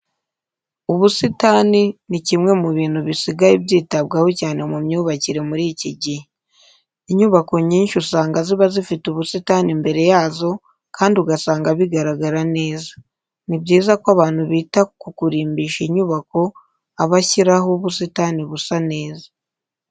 Ubusitani ni kimwe mu bintu bisigaye byitabwaho cyane mu myubakire muri iki gihe. Inyubako nyinshi usanga ziba zifite ubusitani imbere yazo kandi ugasanga bigaragara neza. Ni byiza ko abantu bita ku kurimbisha inyubako abashyiraho ubusitani busa neza.